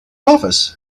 office